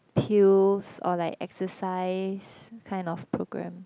pills or like exercise kind of program